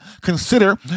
consider